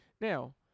Now